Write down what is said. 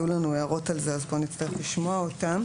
היו לנו הערות על זה, אז פה נצטרך לשמוע אותם.